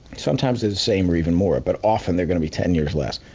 sometimes they're the same, or even more. but, often they're gonna be ten years less,